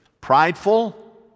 prideful